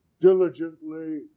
diligently